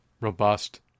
robust